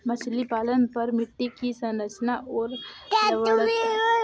मछली पालन पर मिट्टी की संरचना और लवणता का बहुत प्रभाव पड़ता है